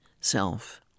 self